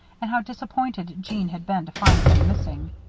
and how disappointed jeanne had been to find them missing.